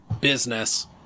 business